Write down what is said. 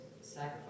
sacrifice